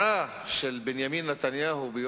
שקולה